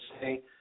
say